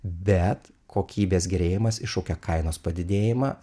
bet kokybės gerėjimas iššaukia kainos padidėjimą